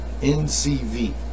NCV